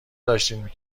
داشتین